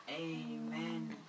Amen